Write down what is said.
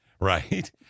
right